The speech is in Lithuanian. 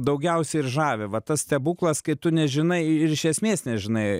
daugiausiai ir žavi va tas stebuklas kai tu nežinai ir iš esmės nežinai